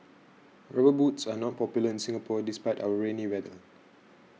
rubber boots are not popular in Singapore despite our rainy weather